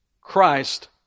Christ